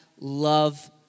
love